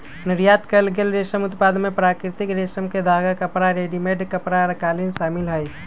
निर्यात कएल गेल रेशम उत्पाद में प्राकृतिक रेशम के धागा, कपड़ा, रेडीमेड कपड़ा, कालीन शामिल हई